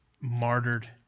martyred